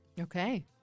Okay